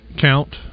count